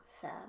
sad